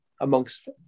amongst